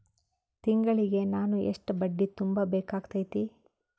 ತಿಂಗಳಿಗೆ ನಾನು ಎಷ್ಟ ಬಡ್ಡಿ ತುಂಬಾ ಬೇಕಾಗತೈತಿ?